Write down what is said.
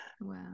Wow